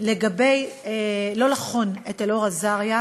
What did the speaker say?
לא לחון את אלאור עזריה,